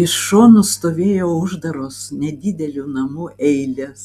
iš šonų stovėjo uždaros nedidelių namų eilės